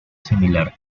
similar